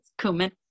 cumin